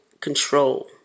control